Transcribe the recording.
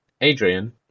adrian